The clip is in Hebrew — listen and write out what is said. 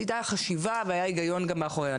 היתה חשיבה והיה גם היגיון מאחורי הדברים.